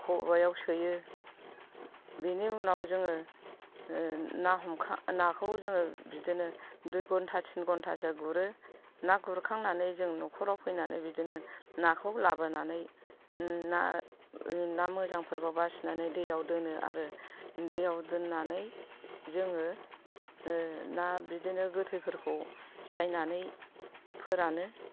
खबाइआव सोयो बेनि उनाव जोङो ना हमखांना नाखौ जोङो बिदिनो दुइ घन्टा थिन घन्टासो गुरो ना गुरखांनानै जों न'खराव फैनानै बिदिनो नाखौ लाबोनानै ना मोजांफोरखौ बासिनानै दैआव दोनो आरो दैआव दोननानै जोङो ना बिदिनो गोथैफोरखौ सायनानै फोरानो